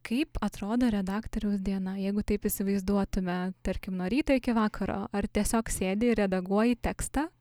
kaip atrodo redaktoriaus diena jeigu taip įsivaizduotume tarkim nuo ryto iki vakaro ar tiesiog sėdi redaguoji tekstą